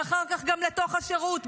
ואחר כך גם לתוך השירות,